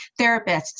therapists